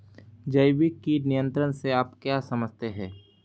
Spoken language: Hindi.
जैविक कीट नियंत्रण से आप क्या समझते हैं?